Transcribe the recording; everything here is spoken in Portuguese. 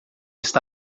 está